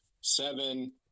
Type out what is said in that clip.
seven